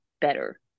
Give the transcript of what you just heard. better